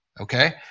okay